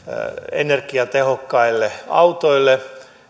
energiatehokkaille autoille